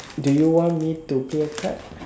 do you want me to play a card